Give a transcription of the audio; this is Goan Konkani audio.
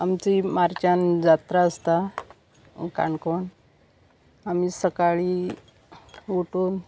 आमची मार्चान जात्रा आसता काणकोण आमी सकाळीं उठून